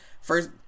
first